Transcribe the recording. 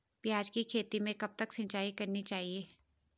प्याज़ की खेती में कब कब सिंचाई करनी चाहिये?